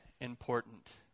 important